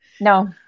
no